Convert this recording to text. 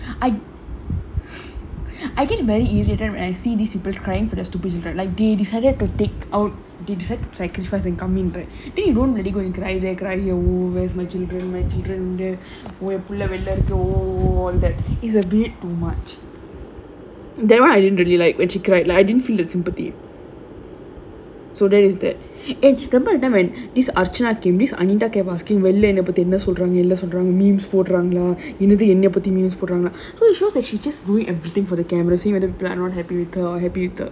I I I get very irritated when I see all these people crying for their stupid right like de decided to take out the desert sacrificing coming back you don't really go in cry they cry oh where is my children my children வந்து என் புள்ள வெளில இருக்கு:vanthu en pulla velila irukku oh oh is a bit too much that [one] I didn't really like when she cried like I didn't feel that sympathy so that is that eh remember the time that this archana came this anitha came asking வெளில என்னைய பத்தி என்ன சொல்றாங்க என்ன சொல்றாங்க:velila ennaiya paththi enna solraanga enna solraanga memes போடுறாங்களா என்னது என்னைய பத்தி:poduraangalaa ennathu ennaiya paththi memes போடுறாங்களா:poduraangalaa so it's shows that she just doing everything for the camera scene happy with the happy with the